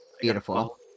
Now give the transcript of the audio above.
beautiful